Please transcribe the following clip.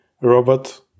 robot